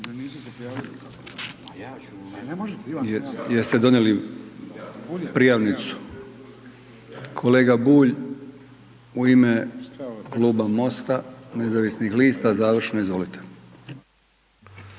Jeste donijeli prijavnicu? Kolega Bulj, u ime kluba MOST-a nezavisnih lista, završno, izvolite.